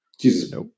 Jesus